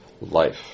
life